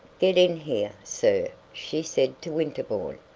get in here, sir, she said to winterbourne,